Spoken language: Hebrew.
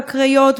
בקריות,